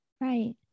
Right